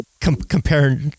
compare